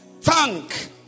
thank